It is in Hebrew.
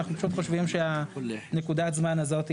אנחנו פשוט חושבים שנקודת הזמן הזאת היא